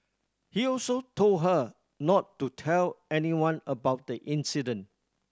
he also told her not to tell anyone about the incident